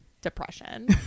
depression